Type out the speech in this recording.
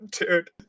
dude